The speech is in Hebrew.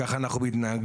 וככה אנחנו מתנהגים,